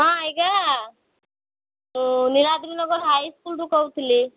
ହଁ ଆଜ୍ଞା ମୁଁ ନୀଳାଦ୍ରି ନଗର ହାଇସ୍କୁଲରୁ କହୁଥିଲି